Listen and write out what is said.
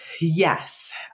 Yes